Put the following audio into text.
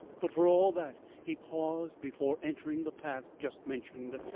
but for all that, he paused before entering the path just mentioned,